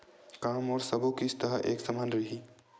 का मोर सबो किस्त ह एक समान रहि?